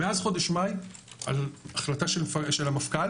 מאז חודש מאי, החלטה של המפכ"ל